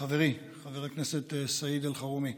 חברי חבר הכנסת סעיד אלחרומי.